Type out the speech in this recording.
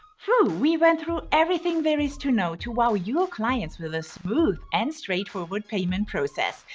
phew, we went through everything there is to know to wow your clients with a smooth and straightforward payment process.